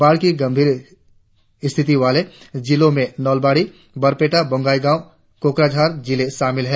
बाढ़ की गंभीर स्थिति वाले जिलों में नलबाड़ी बरपेटा बोगाईगांव कोकराझार जिले शामिल हैं